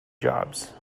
jobs